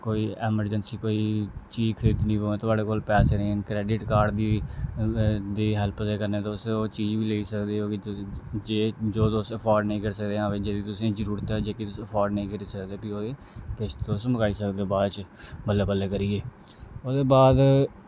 कोई ऐमरजैंसी कोई चीज खरीदनी होऐ थुआढ़े कोल पैसे निं हैन क्रैडिट कार्ड दी दी हैल्प दे कन्नै तुस ओह् चीज बी लेई सकदे ओ कि जे जो तुस ऐफोर्ड निं करी सकदे ओ जेह्ड़ी तुसेंगी जरूरत ऐ जेह्ड़ी तुस ऐफोर्ड नेईं करी सकदे कोई किश्त तुस मकाई सकदे ओ बाद च बल्लें बल्लें करियै ओह्दे बाद